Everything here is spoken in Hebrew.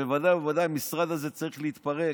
ובוודאי ובוודאי המשרד הזה צריך להתפרק.